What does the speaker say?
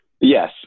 yes